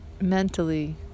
Mentally